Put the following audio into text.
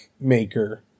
maker